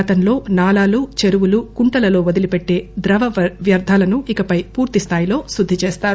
గతంలో నాలాలు చెరువులు కుంటలలో వదిలిపెట్లే ద్రవ వ్యర్థాలను ఇకపై పూర్తిస్థాయిలో శుద్దిచేస్తారు